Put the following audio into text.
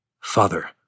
Father